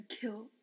kill